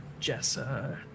Jessa